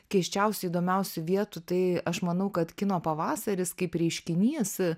keisčiausių įdomiausių vietų tai aš manau kad kino pavasaris kaip reiškinys